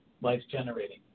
life-generating